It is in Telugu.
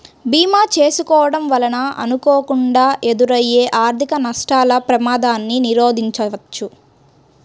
భీమా చేసుకోడం వలన అనుకోకుండా ఎదురయ్యే ఆర్థిక నష్టాల ప్రమాదాన్ని నిరోధించవచ్చు